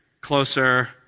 closer